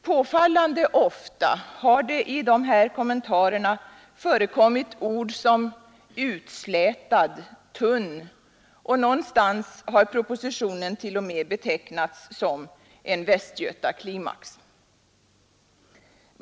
Påfallande ofta har det i kommentarerna förekommit ord som ”utslätad” och ”tunn”, och någonstans har propositionen t.o.m. betecknats som en västgötaklimax.